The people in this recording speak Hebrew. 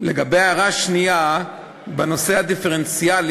לגבי ההערה השנייה בנושא הדיפרנציאלי,